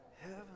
heaven